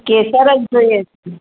કેસર જ જોઈએ છે